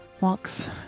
Walks